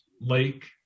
Lake